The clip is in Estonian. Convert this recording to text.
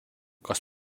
kas